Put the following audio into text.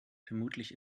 vermutlich